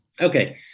Okay